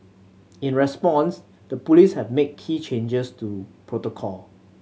in response the police have made key changes to protocol